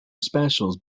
specials